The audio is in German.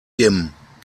dimmen